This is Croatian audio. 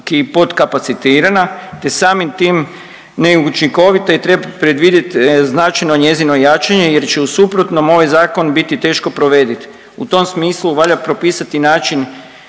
potkapacitirana te samim tim neučinkovita i treba predvidjeti značajno njezino jačanje jer će u suprotnom ovaj zakon biti teško provediv. U tom smislu valja propisati način